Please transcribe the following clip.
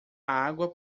água